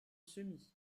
semis